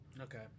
Okay